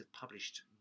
published